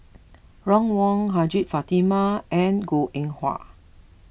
Ron Wong Hajjah Fatimah and Goh Eng Wah